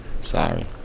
Sorry